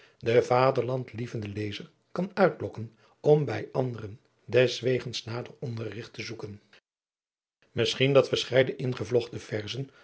den vaderlandlievenden lezer kan uitlokken om bij anderen deswegens nader onderrigt te zoeken misschien dat verscheiden ingevlochten verzen